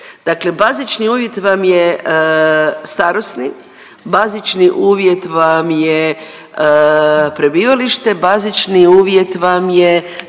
Dakle, bazični uvjet vam je starosni, bazični uvjet vam je prebivalište, bazični uvjet vam je,